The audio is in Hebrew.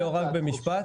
ליאור, רק במשפט.